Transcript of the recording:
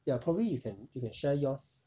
ya probably you can share yours